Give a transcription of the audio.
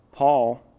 Paul